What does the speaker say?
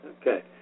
Okay